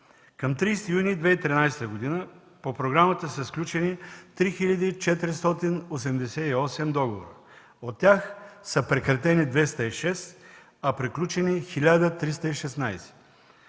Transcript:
Към 30 юни 2013 г. по програмата са сключени 3 хил. 488 договора, от тях са прекратени 206, а приключени 1316.